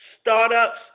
startups